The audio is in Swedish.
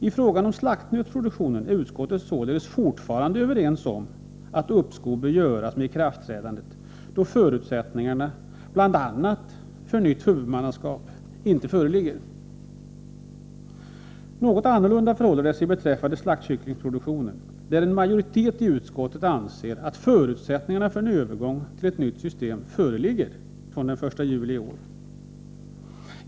I fråga om slaktnötsproduktionen är utskottet fortfarande överens om att uppskov bör göras med ikraftträdandet, då bl.a. förutsättningarna för nytt huvudmannaskap inte föreligger. Något annorlunda förhåller det sig beträffande slaktkycklingsproduktionen, där en majoritet i utskottet anser att förutsättningarna för en övergång till nytt system föreligger från den 1 juli i år.